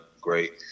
great